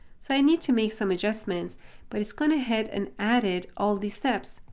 so i need to make some adjustments but it's gone ahead and added all these steps.